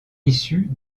issue